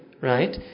right